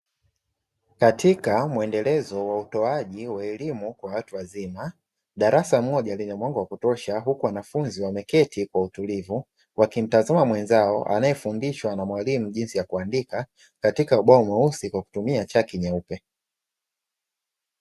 Katika muendelezo wa utoaji wa elimu kwa watu wazima, darasa moja lenye mwanga wa kutosha huku wanafunzi wameketi kwa utulivu; wakimtazama mwenzao anayefundishwa na mwalimu jinsi ya kuandika, katika ubao mweusi kwa kutumia chaki nyeupe.